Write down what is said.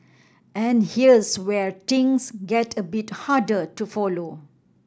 and here's where things get a bit harder to follow